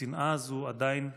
השנאה הזו עדיין קיימת,